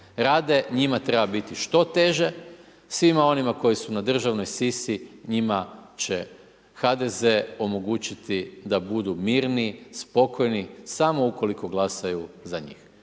rade, njima treba biti što teže, svima onima koji su na državnoj sisi, njima će HDZ omogućiti da budu mirni, spokojni, samo ukoliko glasaju za njih.